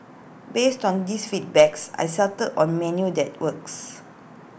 based on these feedbacks I settled on menu that works